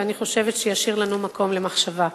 ואני חושבת שהוא ישאיר לנו מקום למחשבה: